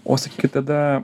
o sakykit tada